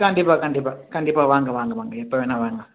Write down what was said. கண்டிப்பாக கண்டிப்பாக கண்டிப்பாக வாங்க வாங்க வாங்க எப்போ வேணா வாங்க